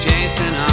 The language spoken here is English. Jason